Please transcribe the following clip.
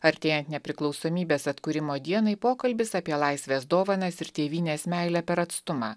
artėjant nepriklausomybės atkūrimo dienai pokalbis apie laisvės dovanas ir tėvynės meilę per atstumą